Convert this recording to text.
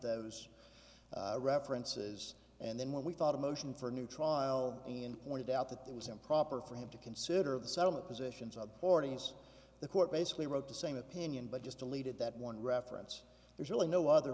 those references and then when we thought a motion for a new trial in pointed out that that was improper for him to consider the settlement positions of ordinance the court basically wrote the same opinion but just deleted that one reference there's really no other